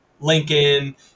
Lincoln